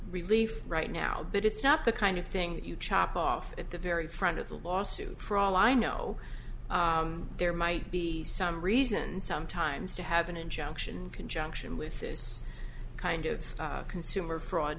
relief right now but it's not the kind of thing that you chop off at the very front of the law suit for all i know there might be some reason sometimes to have an injunction conjunction with this kind of consumer fraud